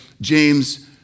James